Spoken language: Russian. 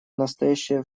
настоящее